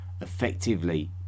effectively